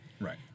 Right